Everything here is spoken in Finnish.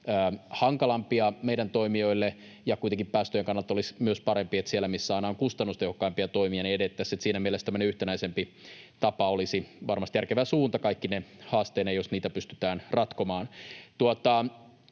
hankalampia meidän toimijoille, ja kuitenkin päästöjen kannalta olisi myös parempi, että siellä, missä saadaan kustannustehokkaimpia toimia, edettäisiin. Siinä mielessä tämmöinen yhtenäisempi tapa olisi varmasti järkevä suunta kaikkine haasteineen, jos niitä pystytään ratkomaan.